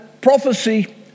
prophecy